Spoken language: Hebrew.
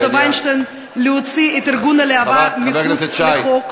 וינשטיין להוציא את ארגון להב"ה אל מחוץ לחוק,